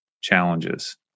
challenges